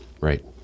right